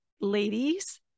ladies